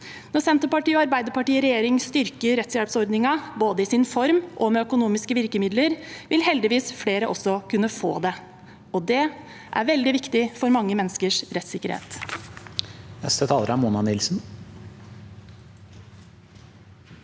Når Senterpartiet og Arbeiderpartiet i regjering styrker rettshjelpsordningen, både i sin form og med økonomiske virkemidler, vil heldigvis flere også kunne få det, og det er veldig viktig for mange menneskers rettssikkerhet.